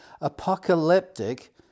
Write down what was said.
Apocalyptic